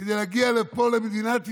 כדי להגיע לפה, למדינת ישראל,